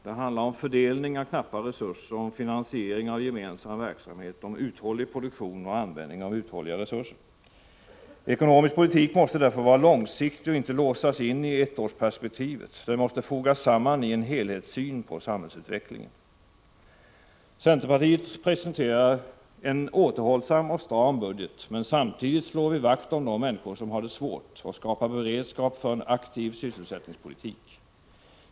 Det handlar om fördelning av knappa resurser, om finansiering av gemensam verksamhet, om uthållig produktion och om användning av uthålliga resurser. Ekonomisk politik måste därför vara långsiktig och inte låsas i ettårsperspektivet. Den måste fogas samman i en helhetssyn på samhällsutvecklingen. Centerpartiet presenterar en återhållsam och stram budget, men samtidigt slår vi vakt om de människor som har det svårt, och vi skapar beredskap för en aktiv sysselsättningspolitik.